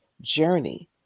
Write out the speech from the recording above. journey